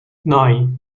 nine